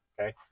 okay